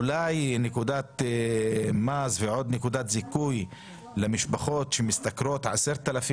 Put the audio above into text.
אולי נקודת המס ונקודת הזיכוי הן למשפחות שמשתכרות 10,000,